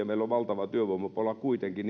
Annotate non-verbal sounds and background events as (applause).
(unintelligible) meillä on valtava työvoimapula kuitenkin (unintelligible)